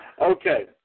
Okay